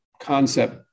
concept